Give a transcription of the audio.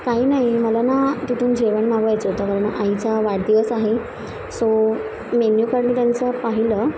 काही नाही मला ना तिथून जेवण मागवायचं होतं कारण आईचा वाढदिवस आहे सो मेन्यू कार्ड त्यांचं पाहिलं